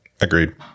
Agreed